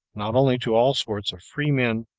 not only to all sorts of free-men,